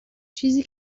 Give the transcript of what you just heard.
چیزی